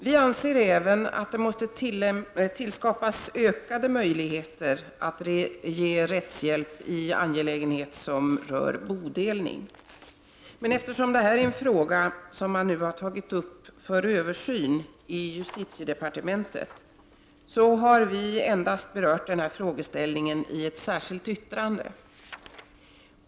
Vi anser även att det måste tillskapas ökade möjligheter att ge rättshjälp i angelägenhet som rör bodelning. Men eftersom detta är en fråga som man nu har tagit upp för översyn i justitiedepartementet har vi endast berört denna frågeställning i ett särskilt yttrande.